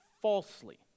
falsely